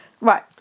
Right